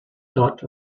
dot